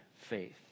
faith